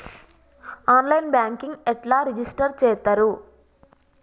On line banking ఎట్లా register చేత్తరు?